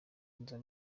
nza